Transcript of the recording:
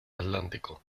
atlántico